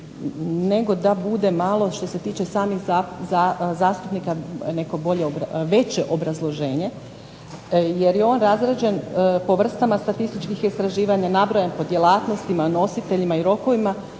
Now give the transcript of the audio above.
nego da bude malo što se tiče samih zastupnika neko bolje, veće obrazloženje. Jer je on razrađen po vrstama statističkih istraživanja, nabrojen po djelatnostima, nositeljima i rokovima.